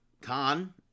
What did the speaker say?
Khan